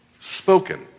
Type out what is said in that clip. spoken